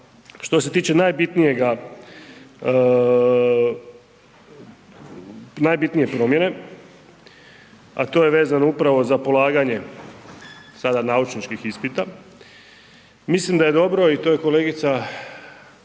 najbitnijega, najbitnije promjene, a to je vezano upravo za polaganje sada naučničkih ispita, mislim da je dobro i to je kolegica